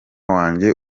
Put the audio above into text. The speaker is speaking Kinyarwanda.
wanjye